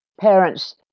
parents